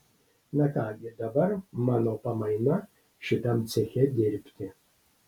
na ką gi dabar mano pamaina šitam ceche dirbti